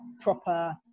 proper